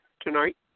tonight